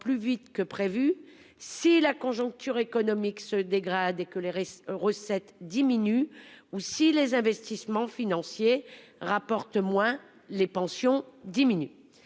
plus vite que prévu, si la conjoncture économique se dégrade et que les recettes diminuent, ou si les investissements financiers rapportent moins, alors les pensions diminuent.